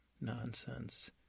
nonsense